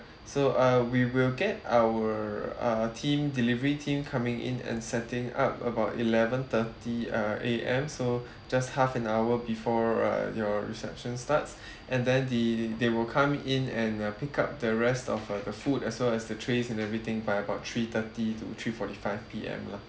so uh we will get our uh team delivery team coming in and setting up about eleven thirty uh A_M so just half an hour before uh your reception starts and then the they will come in and uh pick up the rest of uh the food as well as the trays and everything by about three thirty to three forty five P_M lah